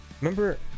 remember